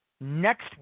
next